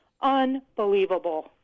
Unbelievable